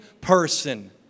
person